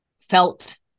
felt